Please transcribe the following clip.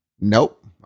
Nope